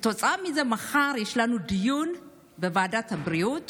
כתוצאה מזה, מחר יש לנו דיון בוועדת הבריאות